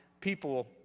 people